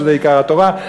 שזה עיקר התורה.